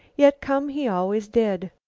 yet come he always did.